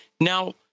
Now